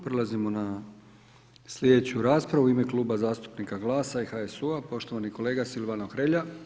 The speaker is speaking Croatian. Prelazimo na sljedeću raspravu u ime Kluba zastupnika GLAS-a i HSU-a poštovani kolega Silvano Hrelja.